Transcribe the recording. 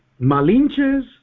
Malinches